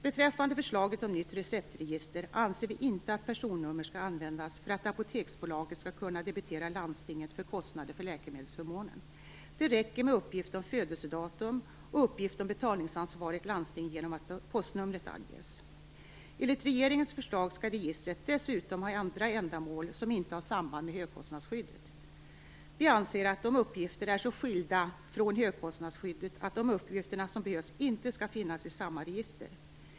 Beträffande förslaget om nytt receptregister anser vi inte att personnummer skall användas för att Apoteksbolaget skall kunna debitera landstingen för kostnader för läkemedelsförmånen. Det räcker med uppgift om födelsedatum och uppgift om betalningsansvarigt landsting genom att postnumret anges. Enligt regeringens förslag skall registret dessutom ha andra ändamål som inte har samband med högkostnadsskyddet. Vi anser att de uppgifterna är så skilda från högkostnadsskyddet att de uppgifter som behövs inte skall finnas i samma register.